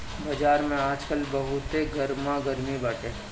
बाजार में आजकल बहुते गरमा गरमी बाटे